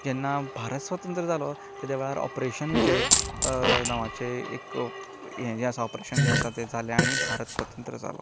जेन्ना भारत स्वतंत्र जालो तेदेवेळार ऑपरेशन विजय नांवाचें एक हें जें आसा ऑपरेशन जें आसा तें जालें आनी भारत स्वतंत्र जालो